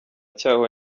cyaho